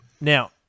Now